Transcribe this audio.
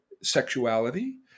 sexuality